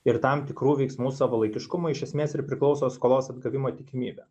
ir tam tikrų veiksmų savalaikiškumo iš esmės ir priklauso skolos atgavimo tikimybė